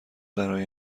برای